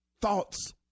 thoughts